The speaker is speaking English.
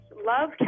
Love